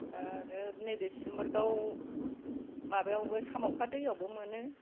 आरो नैबे सिम्बोरगाव माबायावबो साम'खा दैयावबो मोनो